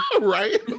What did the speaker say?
Right